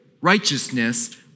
Righteousness